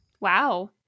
wow